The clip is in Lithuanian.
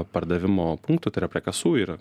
pardavimo punktų tai yra prie kasų ir